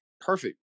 perfect